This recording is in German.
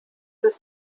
ist